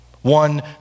One